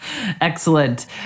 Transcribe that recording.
Excellent